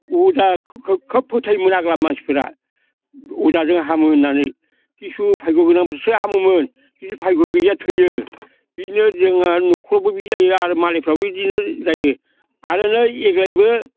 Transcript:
अजाखो खोब फोथायोमोन आग्ला मानसिफोरा अजा जों हमो होननानै खिसु भाग्य' गोनांफ्रासो हामोमोन खिसु भाग्य' गैयिया थैयो बिनो जोङो न'खरावबो बिदिनो जायो आरो मालायफ्रबो बिदिनो जायो आरो नै देग्लायबो